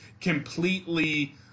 completely